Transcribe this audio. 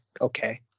okay